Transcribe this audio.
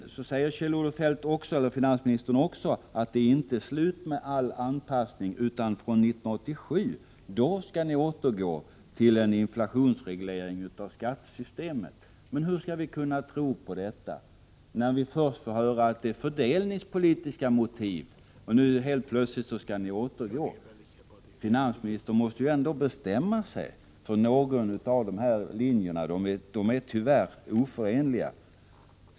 Finansministern säger också att det inte är slut med all anpassning. Från 1987 skall ni återgå till en inflationsreglering av skattesystemet. Hur skall vi kunna tro på detta, när vi först får höra att det är fördelningspolitiskt omöjligt med ett inflationsskydd och sedan helt plötsligt får höra att ni återgår till den ursprungliga linjen? Finansministern måste väl ändå bestämma sig för någon av dessa linjer, som tyvärr är oförenliga.